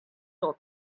your